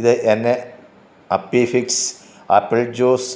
ഇത് എന്നെ Appy Fizz apple juice